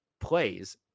plays